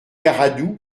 garadoux